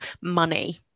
money